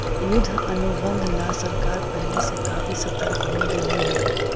युद्ध अनुबंध ला सरकार पहले से काफी सतर्क हो गेलई हे